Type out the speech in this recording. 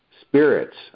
spirits